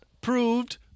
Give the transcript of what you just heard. proved